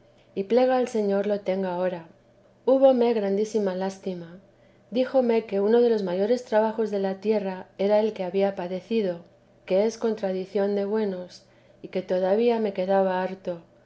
y plega al señor lo tenga ahora húbome grandísima lástima üíjome que uno de los mayores trabajos de la tierra era el que había padecido que es contradicción de buenos y que todavía me quedaba harto